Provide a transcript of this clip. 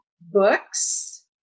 books